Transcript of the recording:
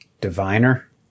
Diviner